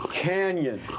canyon